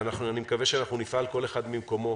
ואני מקווה שנפעל כל אחד ממקומו